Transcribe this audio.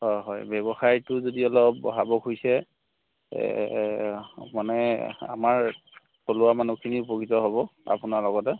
অঁ হয় ব্যৱসায়টো যদি অলপ বঢ়াব খুজিছে মানে আমাৰ থলুৱা মানুহখিনি উপকৃত হ'ব আপোনাৰ লগতে